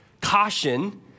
caution